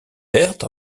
perth